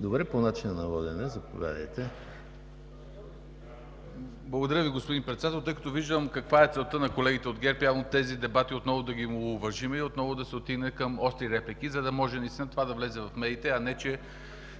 ДРАГОМИР СТОЙНЕВ (БСП за България): Благодаря Ви, господин Председател. Тъй като виждам каква е целта на колегите от ГЕРБ – явно тези дебати отново да ги омаловажим и отново да се стигне до остри реплики, за да може наистина това да влезе в медиите, а не че